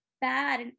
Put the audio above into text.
bad